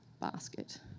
basket